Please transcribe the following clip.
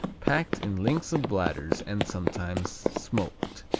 packed in links of bladders and sometimes smoked.